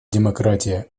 демократия